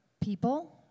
people